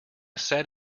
sat